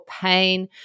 pain